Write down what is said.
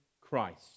Christ